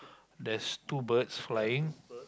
there is two birds flying